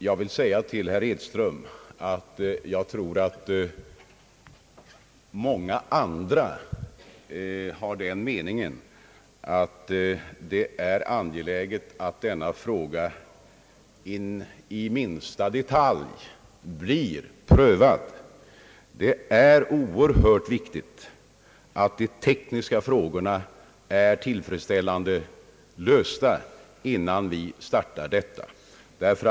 Jag vill säga till herr Edström att jag tror att många andra har den meningen att det är angeläget att denna fråga blir prövad in i minsta detalj. Det är oerhört viktigt att de tekniska frågorna är tillfredsställande lösta, innan vi startar fluorideringen.